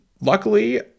luckily